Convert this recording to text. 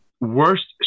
worst